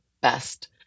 best